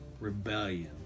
Rebellion